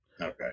Okay